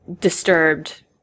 disturbed